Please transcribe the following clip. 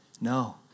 No